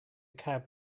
cab